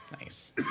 Nice